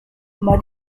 mud